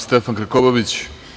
Stefan Krkobabić.